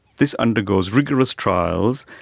this undergoes rigorous trials,